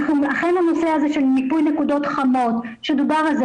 אכן הנושא של מיפוי נקודות חמות שדובר על זה,